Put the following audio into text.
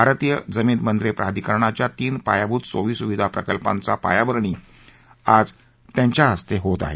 भारतीय जमीन बंदरे प्राधिकरणाच्या तीन पायाभूत सोयीसुविधा प्रकल्पांचा पायाभरणी समारंभही आज त्यांच्या हस्ते होणार आहे